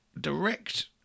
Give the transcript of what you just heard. direct